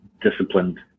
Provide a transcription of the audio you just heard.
disciplined